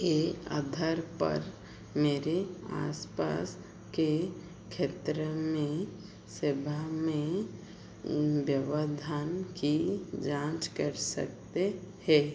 के आधार पर मेरे आस पास के क्षेत्र में सेवा में व्यवधान की जाँच कर सकते है